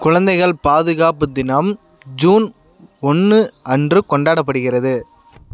குழந்தைகள் பாதுகாப்பு தினம் ஜூன் ஒன்று அன்று கொண்டாடப்படுகிறது